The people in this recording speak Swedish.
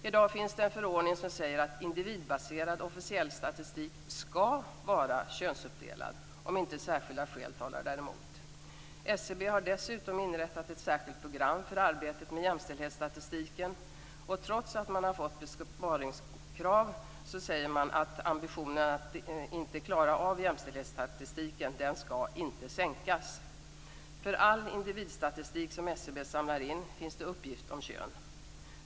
I dag finns det en förordning som säger att individbaserad officiell statistik skall vara könsuppdelad om inte särskilda skäl talar däremot. SCB har dessutom inrättat ett särskilt program för arbetet med jämställdhetsstatistiken, och trots att man har fått besparingskrav säger man att ambitionen att klara av jämställdhetsstatistiken inte skall sänkas. För all individstatistik som SCB samlar in finns det uppgift om kön.